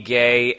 gay